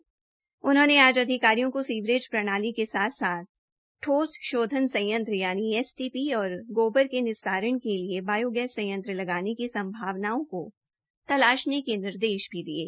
उप मुख्यमंत्री ने आज अधिकारियों को सीवरेज प्रणाली के साथ साथ ठोस शोधन संयंत्र यानि एसटीपी और गोबर के निस्तारण के लिए बायोगैस संयंत्र लगाने की संभावनाओं को तलाशने के निर्देश भी दिये